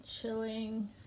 chilling